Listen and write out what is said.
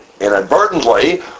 inadvertently